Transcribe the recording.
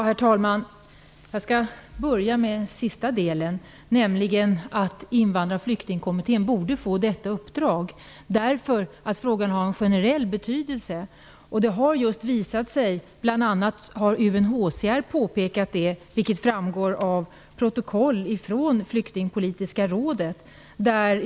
Herr talman! Jag skall börja med frågan om att Invandrar och flyktingkommittén borde få detta uppdrag, därför att frågan har en generell betydelse. Bl.a. UNHCR har påpekat detta, vilket framgår av protokoll från Flyktingpolitiska rådet.